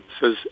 says